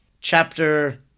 Chapter